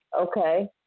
Okay